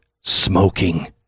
smoking